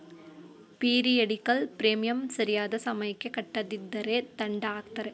periodical premium ಸರಿಯಾದ ಸಮಯಕ್ಕೆ ಕಟ್ಟದಿದ್ದರೆ ದಂಡ ಹಾಕ್ತರೆ